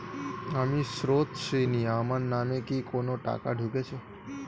আমি স্রোতস্বিনী, আমার নামে কি কোনো টাকা ঢুকেছে?